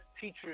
teachers